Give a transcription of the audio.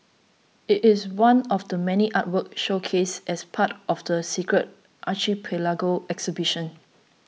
it is one of the many artworks showcased as part of the Secret Archipelago exhibition